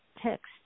text